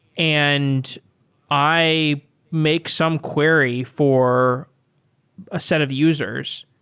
and i make some query for a set of users,